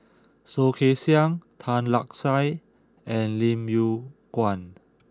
Soh Kay Siang Tan Lark Sye and Lim Yew Kuan